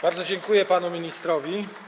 Bardzo dziękuję panu ministrowi.